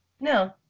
No